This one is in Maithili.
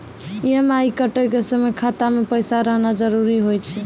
ई.एम.आई कटै के समय खाता मे पैसा रहना जरुरी होय छै